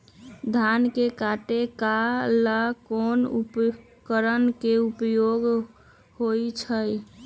धान के काटे का ला कोंन उपकरण के उपयोग होइ छइ?